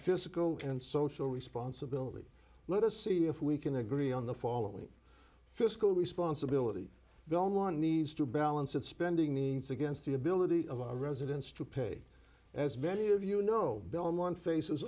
physical and social responsibility let us see if we can agree on the following fiscal responsibility bill more needs to balance its spending needs against the ability of our residents to pay as many of you know belmont faces